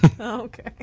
Okay